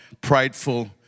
prideful